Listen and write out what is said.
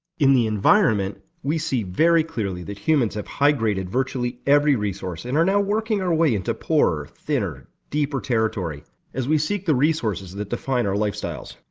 in the environment we see, very clearly, that we humans have high-graded virtually every resource and are now working our way into poorer, thinner, deeper territory as we seek the resources that define our lifestyles.